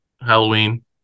Halloween